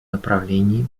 направлении